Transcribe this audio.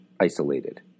isolated